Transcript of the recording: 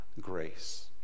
grace